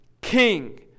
king